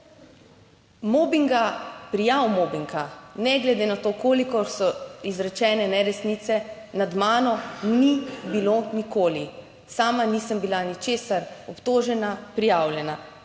Mobinga, prijav mobinga ne glede na to, koliko so izrečene neresnice nad mano ni bilo nikoli. Sama nisem bila ničesar obtožena, prijavljena.